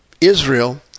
Israel